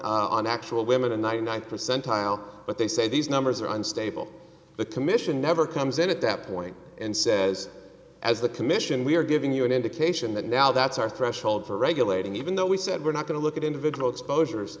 on actual women and ninety nine percent but they say these numbers are unstable the commission never comes in at that point and says as the commission we are giving you an indication that now that's our threshold for regulating even though we said we're not going to look at individual exposures